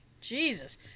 Jesus